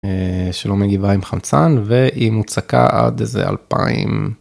שלומית באה עם חמצן והיא מוצקה עד איזה 2000.